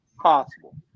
possible